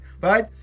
right